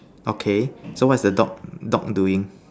okay so what is the dog dog doing